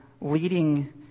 leading